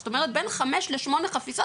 זאת אומרת בין 5 ל-8 חפיסות,